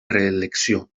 reelecció